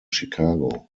chicago